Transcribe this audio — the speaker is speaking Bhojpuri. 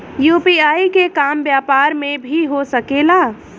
यू.पी.आई के काम व्यापार में भी हो सके ला?